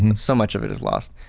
and so much of it is lost.